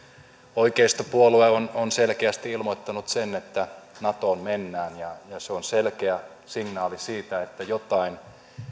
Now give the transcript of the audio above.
oikeistopuolue on on selkeästi ilmoittanut sen että natoon mennään se on selkeä signaali siitä että joitain